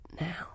now